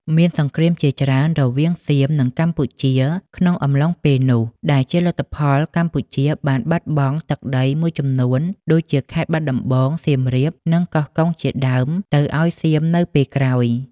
មានសង្គ្រាមជាច្រើនរវាងសៀមនិងកម្ពុជាក្នុងអំឡុងពេលនោះ ដែលជាលទ្ធផលកម្ពុជាបានបាត់បង់ទឹកដីមួយចំនួនដូចជាខេត្តបាត់ដំបង សៀមរាប និងកោះកុងជាដើមទៅឱ្យសៀមនៅពេលក្រោយ។